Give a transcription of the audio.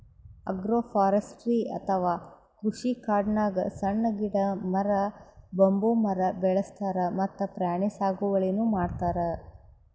agroforestry ಅಥವಾ ಕೃಷಿಕಾಡ್ನಾಗ್ ಸಣ್ಣ್ ಗಿಡ, ಮರ, ಬಂಬೂ ಮರ ಬೆಳಸ್ತಾರ್ ಮತ್ತ್ ಪ್ರಾಣಿ ಸಾಗುವಳಿನೂ ಮಾಡ್ತಾರ್